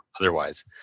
otherwise